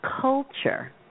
culture